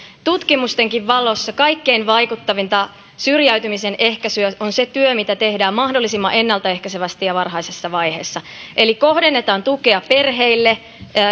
tutkimustenkin valossa kaikkein vaikuttavinta syrjäytymisen ehkäisyä on se työ mitä tehdään mahdollisimman ennaltaehkäisevästi ja varhaisessa vaiheessa eli kohdennetaan tukea perheille